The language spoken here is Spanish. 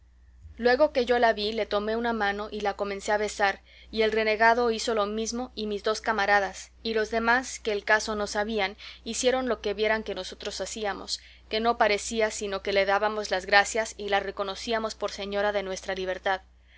luego que yo la vi le tomé una mano y la comencé a besar y el renegado hizo lo mismo y mis dos camaradas y los demás que el caso no sabían hicieron lo que vieron que nosotros hacíamos que no parecía sino que le dábamos las gracias y la reconocíamos por señora de nuestra libertad